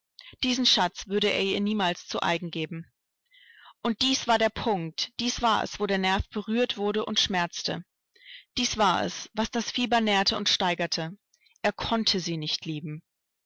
diesen schatz würde er ihr niemals zu eigen geben und dies war der punkt dies war es wo der nerv berührt wurde und schmerzte dies war es was das fieber nährte und steigerte er konnte sie nicht lieben